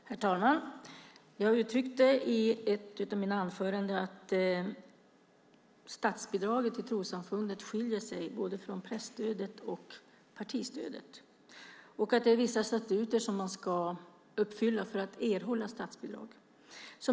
Herr talman! Jag uttryckte i ett av mina anföranden att statsbidraget till trossamfunden skiljer sig både från presstödet och från partistödet. Det är vissa statuter som man ska uppfylla för att erhålla statsbidrag.